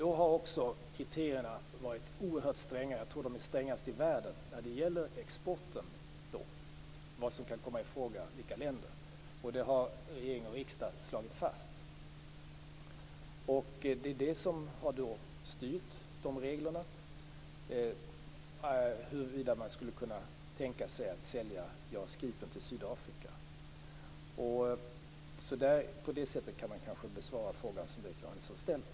Då har kriterierna varit oerhört stränga - jag tror de strängaste i världen - när det gäller exporten och vilka länder som kan komma i fråga. Det har regeringen och riksdagen slagit fast. Det har styrt reglerna för huruvida man skulle kunna tänka sig att sälja JAS Gripen till Sydafrika. På det sättet kan man kanske besvara den fråga om Berit